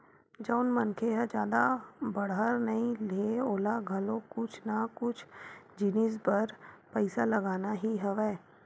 जउन मनखे ह जादा बड़हर नइ हे ओला घलो कुछु ना कुछु जिनिस बर पइसा लगना ही हवय